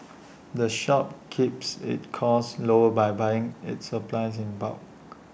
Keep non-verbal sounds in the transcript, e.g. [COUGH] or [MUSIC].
[NOISE] the shop keeps its costs lower by buying its supplies in bulk